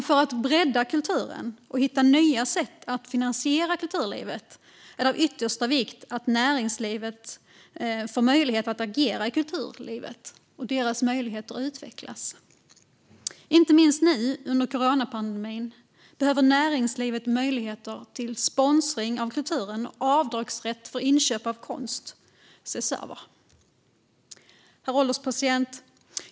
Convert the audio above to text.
För att bredda kulturen och hitta nya sätt att finansiera kulturlivet är det av yttersta vikt att näringslivets möjligheter att agera i kulturlivet utvecklas. Inte minst nu under coronapandemin behöver näringslivets möjligheter till sponsring av kulturen och avdragsrätt för inköp av konst ses över. Herr ålderspresident!